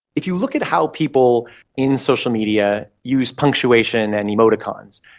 if you look at how people in social media use punctuation and emoticons,